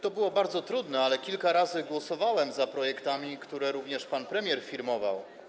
To było bardzo trudne, ale kilka razy głosowałem za projektami, które również pan premier firmował.